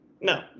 no